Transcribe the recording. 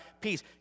peace